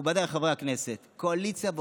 מכובדיי חברי הכנסת, קואליציה ואופוזיציה,